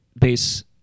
base